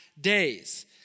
days